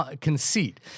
conceit